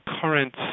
current